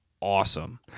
awesome